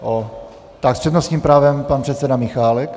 S přednostním právem pan předseda Michálek.